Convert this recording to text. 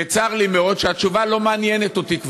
וצר לי מאוד, התשובה כבר לא מעניינת אותי.